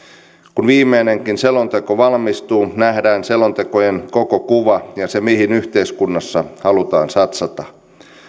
kun viimeinenkin selonteko valmistuu nähdään selontekojen koko kuva ja se mihin yhteiskunnassa halutaan satsata